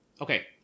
okay